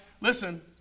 Listen